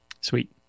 Sweet